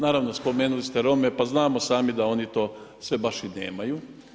Naravno, spomenuli ste Rome, pa znamo sami da oni to sve baš i nemaju.